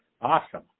awesome